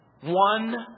one